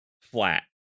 flat